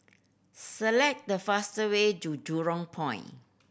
select the fastest way to Jurong